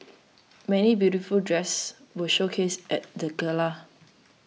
many beautiful dresses were showcased at the gala